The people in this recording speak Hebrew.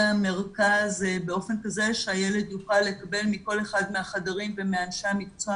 המרכז באופן כזה שהילד יוכל לקבל מכל אחד מהחדרים ומאנשי המקצוע